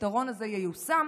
שהפתרון הזה ייושם